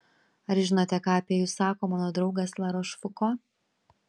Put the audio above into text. ar žinote ką apie jus sako mano draugas larošfuko